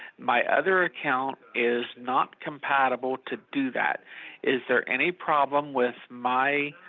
my other account is not compatible to do that is there any problem with my